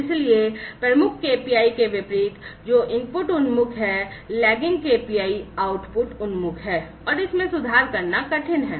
इसलिए प्रमुख KPI के विपरीत जो इनपुट उन्मुख है लैगिंग KPI output oriented है और इसमें सुधार करना कठिन है